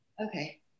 Okay